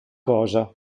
cosa